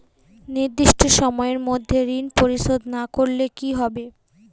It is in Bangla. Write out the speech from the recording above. নির্দিষ্ট সময়ে মধ্যে ঋণ পরিশোধ না করলে কি হবে?